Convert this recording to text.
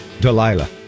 Delilah